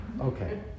Okay